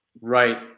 Right